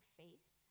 faith